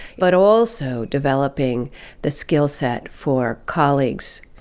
but also developing the skill set for colleagues